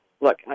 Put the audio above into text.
Look